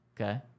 Okay